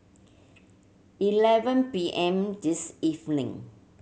eleven P M this evening